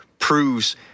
proves